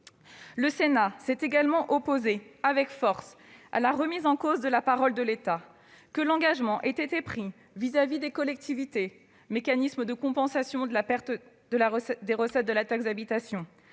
Le Sénat s'est également opposé, avec force, à la remise en cause de la parole de l'État. Que l'engagement ait été pris à l'égard des collectivités- mécanisme de compensation de la perte des recettes de taxe d'habitation